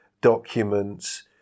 documents